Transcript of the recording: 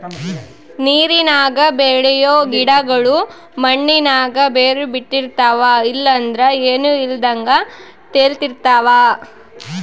ನೀರಿನಾಗ ಬೆಳಿಯೋ ಗಿಡುಗುಳು ಮಣ್ಣಿನಾಗ ಬೇರು ಬುಟ್ಟಿರ್ತವ ಇಲ್ಲಂದ್ರ ಏನೂ ಇಲ್ದಂಗ ತೇಲುತಿರ್ತವ